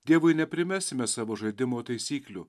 dievui neprimesime savo žaidimo taisyklių